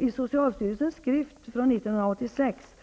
I socialstyrelsens skrift från 1986